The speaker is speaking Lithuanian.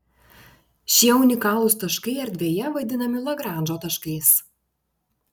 šie unikalūs taškai erdvėje vadinami lagranžo taškais